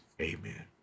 Amen